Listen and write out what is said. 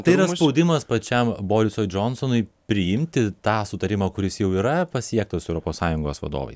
tai yra spaudimas pačiam borisui džonsonui priimti tą sutarimą kuris jau yra pasiektas su europos sąjungos vadovais